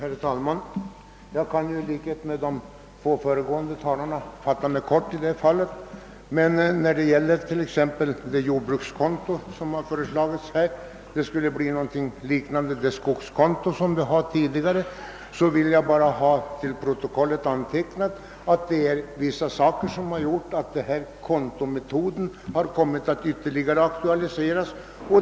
Herr talman! Jag skall i likhet med de två föregående talarna fatta mig kort. När det gäller det föreslagna jordbrukskontot, vilket skulle utformas på liknande sätt som skogskonto, vill jag bara till protokollet få antecknat att vissa förhållanden gjort att denna kontometod kommit att ytterligare aktualiseras.